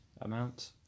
amount